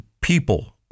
people